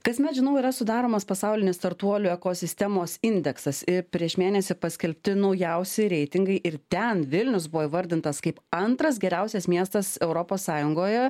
kasmet žinau yra sudaromas pasaulinis startuolių ekosistemos indeksas ir prieš mėnesį paskelbti naujausi reitingai ir ten vilnius buvo įvardintas kaip antras geriausias miestas europos sąjungoje